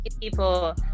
people